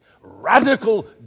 Radical